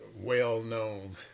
well-known